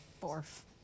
fourth